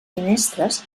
finestres